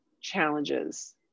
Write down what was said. challenges